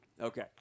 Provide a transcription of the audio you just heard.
Okay